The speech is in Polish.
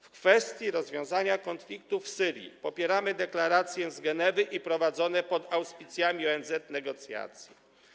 W kwestii rozwiązania konfliktu w Syrii popieramy deklarację z Genewy i prowadzone pod auspicjami ONZ negocjacje.